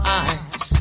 eyes